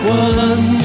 one